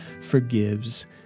forgives